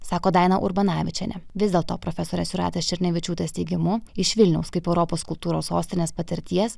sako daina urbanavičienė vis dėlto profesorės jūratės černevičiūtės teigimu iš vilniaus kaip europos kultūros sostinės patirties